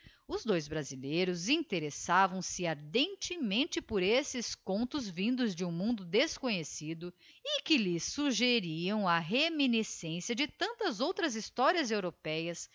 os dois brasileiros interessavam se ardentemente por esses contos vindos de um mundo desconhecido e que lhes suggeriam a reminiscência de tantas outras historias européas